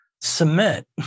cement